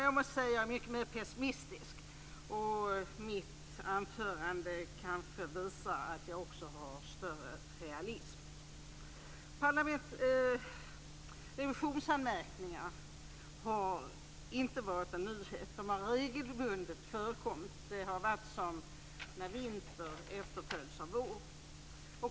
Jag måste säga att jag är mycket mer pessimistisk, och mitt anförande kanske visar att jag också har större realism. Revisionsanmärkningar har inte varit en nyhet, utan har förekommit regelbundet. Det har varit som när vinter efterföljs av vår.